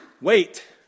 wait